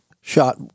shot